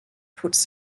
puts